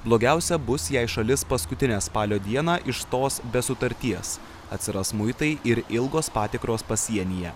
blogiausia bus jei šalis paskutinę spalio dieną išstos be sutarties atsiras muitai ir ilgos patikros pasienyje